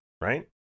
right